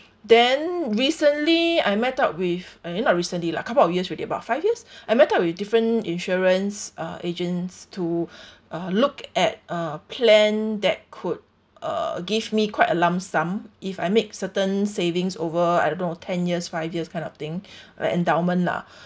then recently I met up with uh not recently lah couple of years already about five years I met up with different insurance uh agents to look at uh plan that could uh give me quite a lump sum if I make certain savings over I don't know ten years five years kind of thing like endowment lah